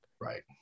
Right